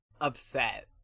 upset